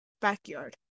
backyard